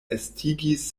estigis